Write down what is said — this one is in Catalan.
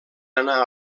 anar